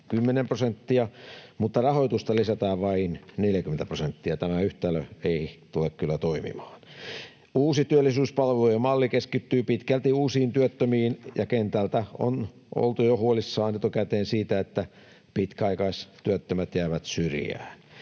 prosenttia, mutta rahoitusta lisätään vain 40 prosenttia — tämä yhtälö ei tule kyllä toimimaan. Uusi työllisyyspalvelujen malli keskittyy pitkälti uusiin työttömiin, ja kentältä on oltu jo etukäteen huolissaan siitä, että pitkäaikaistyöttömät jäävät syrjään.